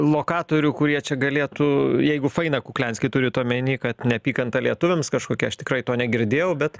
lokatorių kurie čia galėtų jeigu faina kukliansky turit omenyje kad neapykanta lietuviams kažkokia aš tikrai to negirdėjau bet